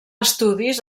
estudis